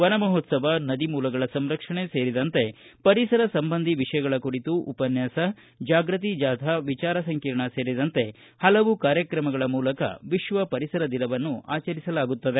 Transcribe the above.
ವನಮಹೋತ್ಸವ ನದಿ ಮೂಲಗಳ ಸಂರಕ್ಷಣೆ ಸೇರಿದಂತೆ ಪರಿಸರ ಸಂಬಂಧಿ ವಿಷಯಗಳ ಕುರಿತು ಉಪನ್ನಾಸ ಜಾಗೃತಿ ಜಾಥಾ ವಿಚಾರ ಸಂಕಿರಣ ಸೇರಿದಂತೆ ಪಲವು ಕಾರ್ಯತ್ರಮಗಳ ಮೂಲಕ ವಿಶ್ವ ಪರಿಸರ ದಿನವನ್ನು ಆಚರಿಸಲಾಗುತ್ತದೆ